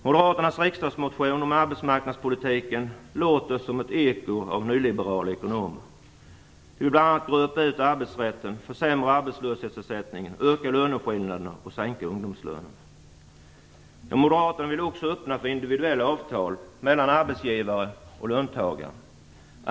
Moderaternas riksdagsmotion om arbetsmarknadspolitiken låter som ett eko från nyliberala ekonomer. De vill bl.a. gröpa ur arbetsrätten, försämra arbetslöshetsersättningen, öka löneskillnaderna och sänka ungdomslönerna. Moderaterna vill också öppna för individuella avtal mellan arbetsgivare och löntagare.